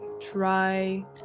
try